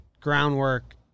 groundwork